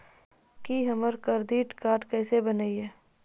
की हमर करदीद कार्ड केसे बनिये?